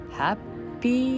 happy